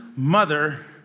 mother